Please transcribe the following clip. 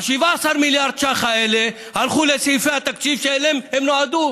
ה-17 מיליארד ש"ח האלה הלכו לסעיפי התקציב שאליהם הם נועדו.